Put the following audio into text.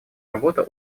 работа